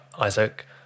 Isaac